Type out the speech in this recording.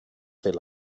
fer